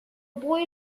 boy